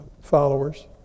followers